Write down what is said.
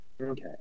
Okay